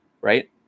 right